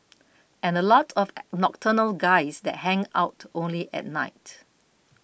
and a lot of nocturnal guys that hang out only at night